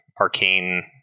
arcane